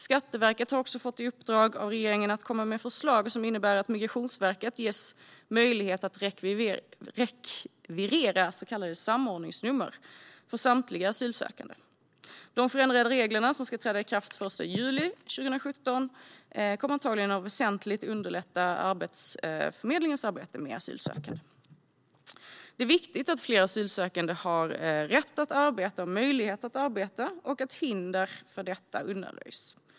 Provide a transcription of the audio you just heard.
Skatteverket har också fått i uppdrag av regeringen att komma med förslag som innebär att Migrationsverket ges möjlighet att rekvirera så kallade samordningsnummer för samtliga asylsökande. De förändrade reglerna, som ska träda i kraft den 1 juli 2017, kommer antagligen att väsentligt underlätta Arbetsförmedlingens arbete med asylsökande. Det är viktigt att fler asylsökande har rätt och möjlighet att arbeta och att hinder för detta undanröjs.